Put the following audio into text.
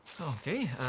Okay